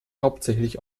hauptsächlich